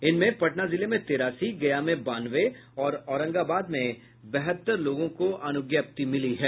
इनमें पटना जिले में तेरासी गया में बानवे और औरंगाबाद में बहत्तर लोगों को अनुज्ञप्ति मिली है